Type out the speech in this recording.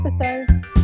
episodes